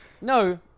No